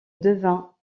devint